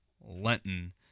Lenton